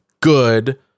good